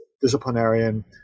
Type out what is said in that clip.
disciplinarian